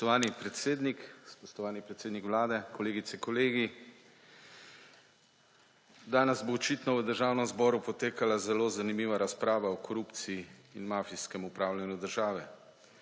Spoštovani predsednik, spoštovani predsednik Vlade, kolegice, kolegi! Danes bo očitno v Državnem zboru potekala zelo zanimiva razprava o korupciji in mafijskem upravljanju države.